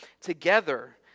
together